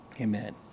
Amen